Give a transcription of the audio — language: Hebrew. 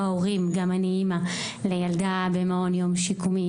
ההורים גם אני אמא לילדה במעון יום שיקומי,